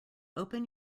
open